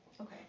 Okay